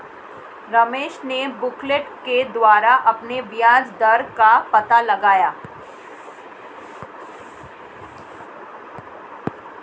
रमेश ने बुकलेट के द्वारा अपने ब्याज दर का पता लगाया